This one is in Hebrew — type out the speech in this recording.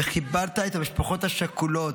וכיבדת את המשפחות השכולות,